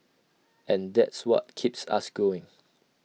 and that's what keeps us going